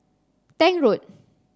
Tank Road